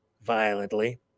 violently